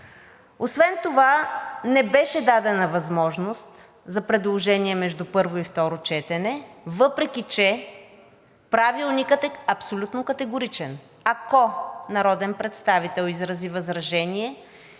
Освен това не беше дадена възможност за предложения между първо и второ четене, въпреки че Правилникът е абсолютно категоричен – ако народен представител изрази възражение